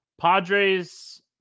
Padres